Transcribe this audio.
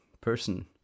person